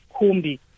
kumbi